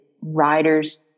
riders